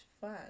fun